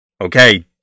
Okay